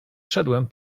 szedłem